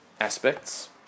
aspects